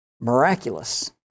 miraculous